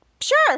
Sure